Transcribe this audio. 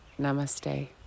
Namaste